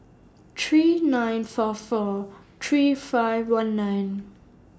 three nine four four three five one nine